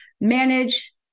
manage